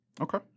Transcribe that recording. Okay